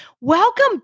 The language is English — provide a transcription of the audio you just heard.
welcome